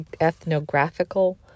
ethnographical